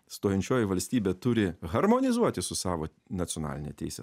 stojančioji valstybė turi harmonizuoti su savo nacionaline teise